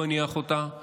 לא הניח אותה,